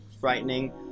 frightening